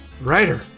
writer